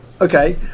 Okay